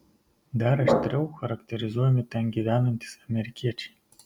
dar aštriau charakterizuojami ten gyvenantys amerikiečiai